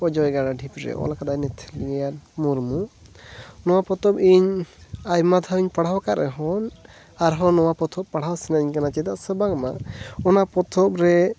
ᱚᱡᱚᱭ ᱜᱟᱰᱟ ᱰᱷᱤᱯ ᱨᱮ ᱚᱞ ᱟᱠᱟᱫᱟᱭ ᱱᱤᱛᱷᱤᱱᱤᱭᱟᱱ ᱢᱩᱨᱢᱩ ᱱᱚᱣᱟ ᱯᱚᱛᱚᱱ ᱤᱧ ᱟᱭᱢᱟ ᱫᱷᱟᱣ ᱤᱧ ᱯᱟᱲᱦᱟᱣ ᱟᱠᱟᱫ ᱨᱮᱦᱚᱸ ᱟᱨᱦᱚᱸ ᱱᱚᱣᱟ ᱯᱚᱛᱚᱵ ᱯᱟᱲᱦᱟᱣ ᱥᱟᱱᱟᱹᱧ ᱠᱟᱱᱟ ᱪᱮᱫᱟᱜ ᱥᱮ ᱵᱟᱝ ᱢᱟ ᱚᱱᱟ ᱯᱚᱛᱚᱵ ᱨᱮ